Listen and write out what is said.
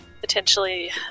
potentially